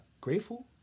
grateful